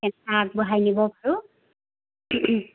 কেনেকৈ আগবঢ়াই নিব পাৰোঁ